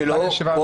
11:10.